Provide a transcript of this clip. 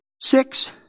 Six